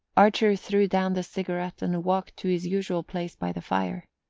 archer threw down the cigarette and walked to his usual place by the fire.